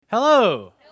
Hello